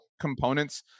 components